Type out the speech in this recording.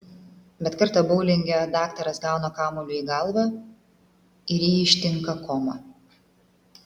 bet kartą boulinge daktaras gauna kamuoliu į galvą ir jį ištinka koma